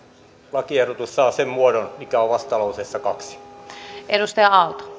pykälä saa sen muodon mikä on vastalauseessa kaksi